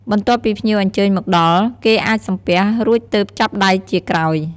បន្ទាប់ពីភ្ញៀវអញ្ចើញមកដល់គេអាចសំពះរួចទើបចាប់ដៃជាក្រោយ។